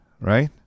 right